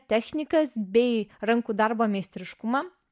technikas bei rankų darbo meistriškumą